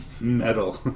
metal